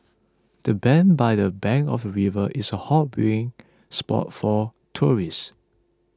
the bench by the bank of the river is a hot viewing spot for tourists